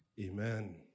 Amen